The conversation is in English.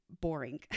boring